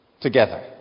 together